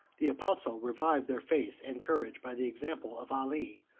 the apostle revived their faith and courage by the example of ali,